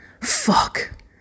Fuck